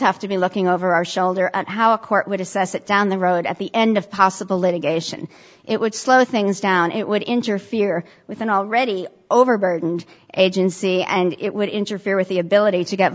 have to be looking over our shoulder at how a court would assess that down the road at the end of possible litigation it would slow things down it would interfere with an already overburdened agency and it would interfere with the ability to get